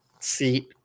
seat